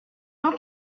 jean